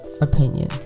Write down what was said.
opinion